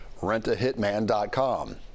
rentahitman.com